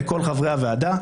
לכל חברי הוועדה,